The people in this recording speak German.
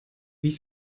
wie